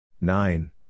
Nine